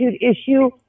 issue